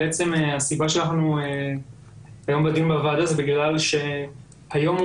בעצם הסיבה שאנחנו היום בדיון בוועדה זה בגלל שהיום הוא